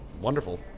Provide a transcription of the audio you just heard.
wonderful